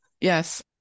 Yes